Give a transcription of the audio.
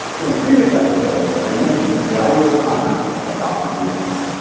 in a previous episode, i mentioned the valuable commenting by dr. deuteron.